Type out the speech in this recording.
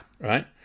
Right